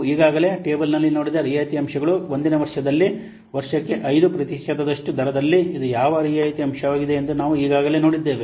ನಾವು ಈಗಾಗಲೇ ಟೇಬಲ್ ನಲ್ಲಿ ನೋಡಿದ ರಿಯಾಯಿತಿ ಅಂಶಗಳು 1 ನೇ ವರ್ಷದಲ್ಲಿ ವರ್ಷಕ್ಕೆ 5 ಪ್ರತಿಶತದಷ್ಟು ದರದಲ್ಲಿ ಇದು ಯಾವ ರಿಯಾಯಿತಿ ಅಂಶವಾಗಿದೆ ಎಂದು ನಾವು ಈಗಾಗಲೇ ನೋಡಿದ್ದೇವೆ